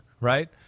right